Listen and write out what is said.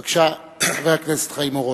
בבקשה, חבר הכנסת חיים אורון.